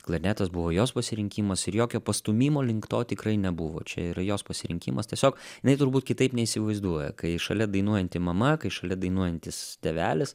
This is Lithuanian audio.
klarnetas buvo jos pasirinkimas ir jokio pastūmimo link to tikrai nebuvo čia yra jos pasirinkimas tiesiog inai turbūt kitaip neįsivaizduoja kai šalia dainuojanti mama kai šalia dainuojantis tėvelis